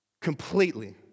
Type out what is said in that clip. completely